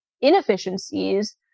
inefficiencies